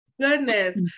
Goodness